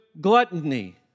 gluttony